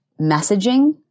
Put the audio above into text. messaging